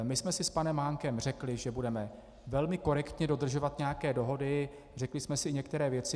My jsme si s panem Mánkem řekli, že budeme velmi korektně dodržovat nějaké dohody, řekli jsme si některé věci.